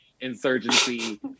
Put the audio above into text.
insurgency